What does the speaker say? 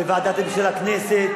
בוועדה של הכנסת.